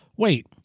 wait